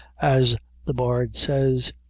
as the bard says,